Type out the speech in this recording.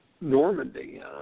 Normandy